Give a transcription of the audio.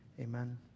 amen